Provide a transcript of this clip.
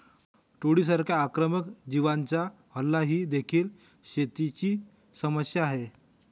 टोळांसारख्या आक्रमक जीवांचा हल्ला ही देखील शेतीची समस्या आहे